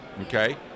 Okay